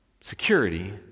security